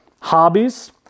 hobbies